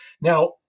Now